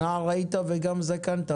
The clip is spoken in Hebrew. נער היית וגם זקנת.